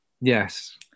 yes